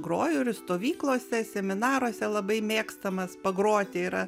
groju ir stovyklose seminaruose labai mėgstamas pagroti yra